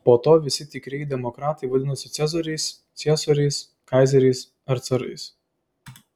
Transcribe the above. po to visi tikrieji demokratai vadinosi cezariais ciesoriais kaizeriais ar carais